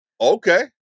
Okay